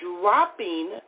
dropping